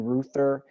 Ruther